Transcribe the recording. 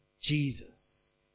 Jesus